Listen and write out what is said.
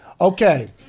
Okay